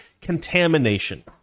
contamination